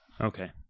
Okay